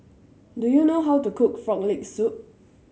do you know how to cook Frog Leg Soup